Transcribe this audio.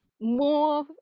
More